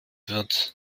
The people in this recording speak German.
wird